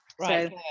Right